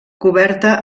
coberta